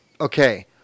Okay